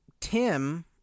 Tim